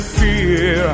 fear